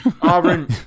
Auburn